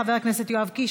חבר הכנסת יואב קיש,